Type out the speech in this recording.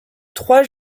trois